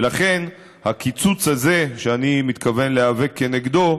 הקיצוץ הזה, שאני מתכוון להיאבק כנגדו,